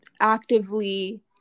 actively